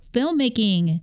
Filmmaking